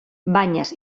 banyes